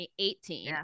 2018